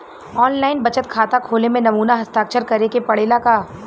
आन line बचत खाता खोले में नमूना हस्ताक्षर करेके पड़ेला का?